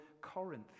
Corinth